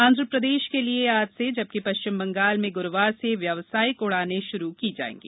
आंध्र प्रदेश के लिए आज से जबकि पश्चिम बंगाल में गुरूवार से व्यावसायकि उडानें शुरू की जाएंगी